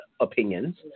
opinions